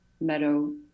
meadow